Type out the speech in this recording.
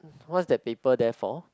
what is that paper there for